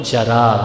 Jara